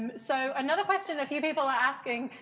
um so another question a few people are asking,